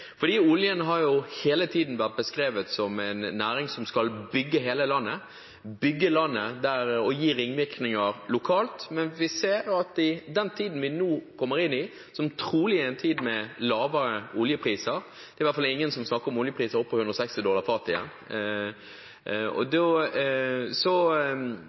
har hele tiden blitt beskrevet som en næring som skal bygge hele landet og gi ringvirkninger lokalt, men vi ser at i den tiden vi nå går inn i, som trolig er en tid med lavere oljepriser – det er i hvert fall ingen som snakker om oljepriser på 160 dollar per fat lenger – fortoner oljeindustrien seg i stadig større grad som en industri som først og